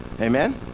amen